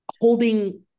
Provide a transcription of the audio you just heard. holding